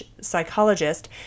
psychologist